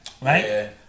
Right